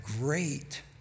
great